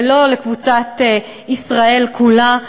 ולא לקבוצת ישראל כולה.